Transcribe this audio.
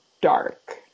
dark